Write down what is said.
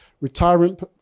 retirement